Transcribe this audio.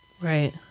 Right